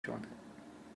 schon